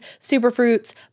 superfruits